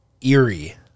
eerie